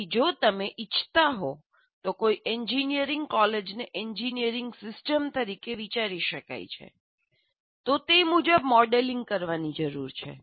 તેથી જો તમે ઇચ્છતા હો તો કોઈ એન્જિનિયરિંગ કોલેજને એન્જિનિયરિંગ સિસ્ટમ તરીકે વિચારી શકાય છે તો તે મુજબ મોડેલિંગ કરવાની જરૂર છે